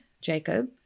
Jacob